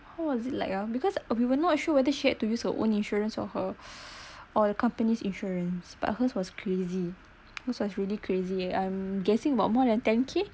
how was it like uh because we were not sure whether she had to use her own insurance or her or the company's insurance but hers was crazy cause it was really crazy I'm guessing about more than ten K